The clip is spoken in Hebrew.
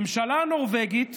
הממשלה הנורבגית,